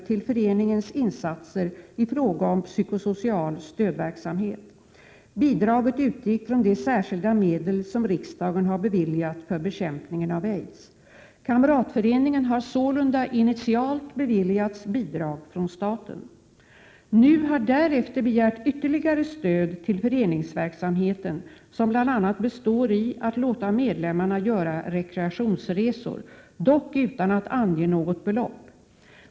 till föreningens insatser i fråga om psykosocial stödverksamhet. Bidraget utgick från de särskilda medel som riksdagen har beviljat för bekämpningen av aids. Kamratföreningen har sålunda initialt beviljats bidrag från staten. NU har därefter begärt ytterligare stöd till föreningsverksamheten, som bl.a. består i att låta medlemmarna göra rekreationsresor, dock utan att ange något belopp.